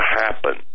happen